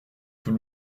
tout